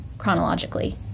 Chronologically